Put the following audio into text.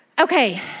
Okay